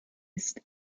ist